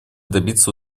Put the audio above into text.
добиться